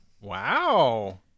Wow